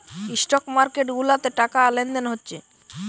stock market গুলাতে টাকা লেনদেন হচ্ছে